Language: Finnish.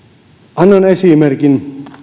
annan esimerkin